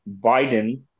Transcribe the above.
biden